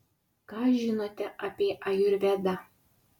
ką žinote apie ajurvedą